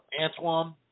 Antoine